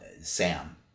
Sam